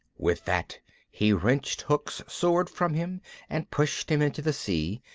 with that he wrenched hook's sword from him and pushed him into the sea,